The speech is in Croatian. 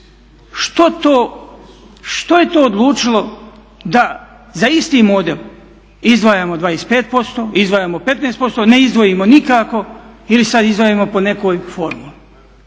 Što je to odlučilo da za isti model izdvajamo 25%, izdvajamo 15%, ne izdvajamo nikako ili sada izdvajamo po nekoj formuli,